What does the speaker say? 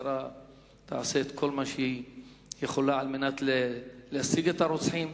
שהמשטרה תעשה את כל מה שהיא יכולה כדי להשיג את הרוצחים,